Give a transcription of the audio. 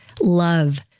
love